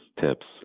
tips